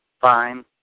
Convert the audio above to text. fine